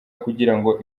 kugirango